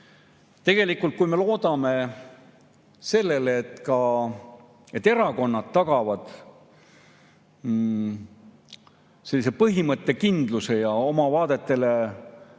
pähe, et kui me loodame sellele, et erakonnad tagavad sellise põhimõttekindluse ja oma vaadetele